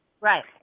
Right